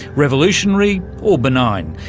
revolutionary or benign.